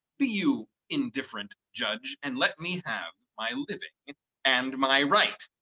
be you indifferent judge, and let me have my living and my right.